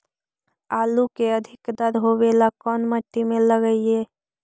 आलू के अधिक दर होवे ला कोन मट्टी में लगीईऐ?